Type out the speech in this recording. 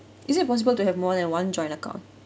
is it possible to have more than one joint account